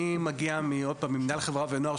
אני מגיע ממנהל חברה ונוער,